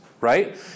right